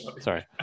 sorry